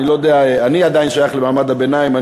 אני לא יודע, אני עדיין שייך למעמד הביניים.